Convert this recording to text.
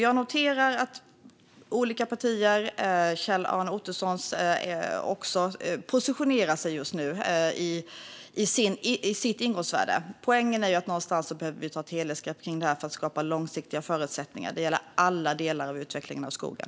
Jag noterar att olika partier, och också Kjell-Arne Ottosons parti, positionerar sig just nu i sitt ingångsvärde. Poängen är att vi någonstans behöver ta ett helhetsgrepp om detta för att skapa långsiktiga förutsättningar. Det gäller alla delar av utvecklingen av skogen.